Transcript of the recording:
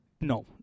no